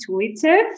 intuitive